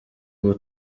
ubu